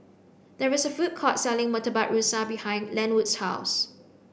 there is a food court selling murtabak rusa behind Lenwood's house